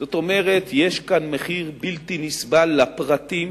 זאת אומרת, יש כאן מחיר בלתי נסבל לפרטים,